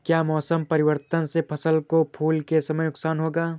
क्या मौसम परिवर्तन से फसल को फूल के समय नुकसान होगा?